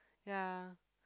ya